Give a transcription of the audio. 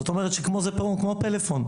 זאת אומרת, כמו פלאפון.